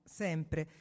sempre